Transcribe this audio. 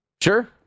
Sure